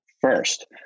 first